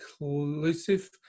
inclusive